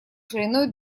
шириной